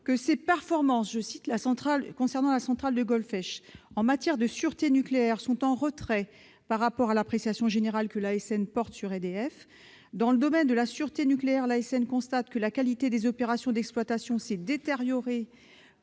que « ses performances en matière de sûreté nucléaire sont en retrait par rapport à l'appréciation générale que l'ASN porte sur EDF. Dans le domaine de la sûreté nucléaire, l'ASN constate que la qualité des opérations d'exploitation s'est détériorée